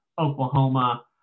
Oklahoma